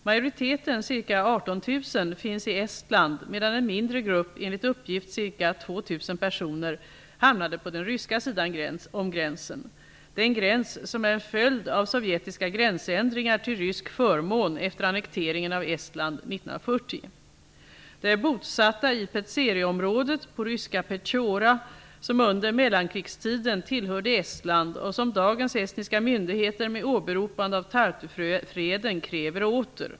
Majoriteten, ca 18 000, finns i Estland medan en mindre grupp, enligt uppgift ca 2 000 personer, hamnade på den ryska sidan om gränsen -- den gräns som är en följd av sovjetiska gränsändringar till rysk förmån efter annekteringen av Estland Estland och som dagens estniska myndigheter med åberopande av Tartufreden kräver åter.